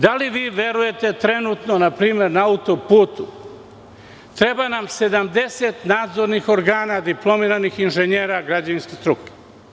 Da li vi verujete da trenutno na auto-putu nama treba 70 nadzornih organa, diplomiranih inženjera građevinske struke.